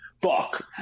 Fuck